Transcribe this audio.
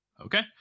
Okay